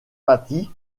sympathie